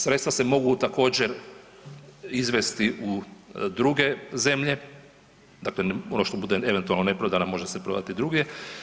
Sredstva se mogu također izvesti u druge zemlje, dakle ono što bude eventualno neprodano može se prodati druge.